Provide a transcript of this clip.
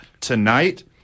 Tonight